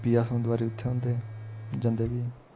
फ्ही अस औदे बारी उत्थें औंदे जंदे बी